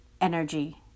energy